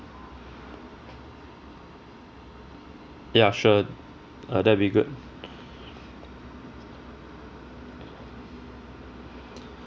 ya sure uh that'll be good